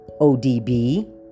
ODB